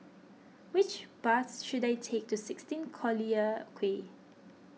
which bus should I take to sixteen Collyer Quay